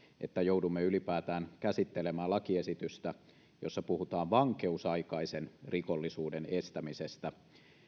että joudumme ylipäätään käsittelemään lakiesitystä jossa puhutaan vankeusaikaisen rikollisuuden estämisestä